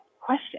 question